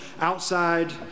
outside